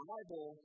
Bible